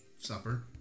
Supper